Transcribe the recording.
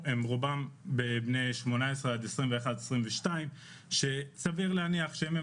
רובם בני 18 עד 22-21 שסביר להניח שאם הם